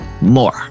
more